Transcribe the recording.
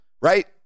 right